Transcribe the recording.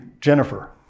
Jennifer